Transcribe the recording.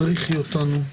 הדריכי אותנו.